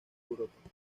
europa